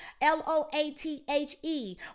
L-O-A-T-H-E